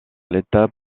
l’état